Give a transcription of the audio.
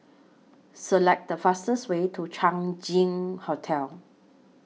Select The fastest Way to Chang Ziang Hotel